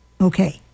Okay